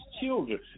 children